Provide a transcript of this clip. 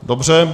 Dobře.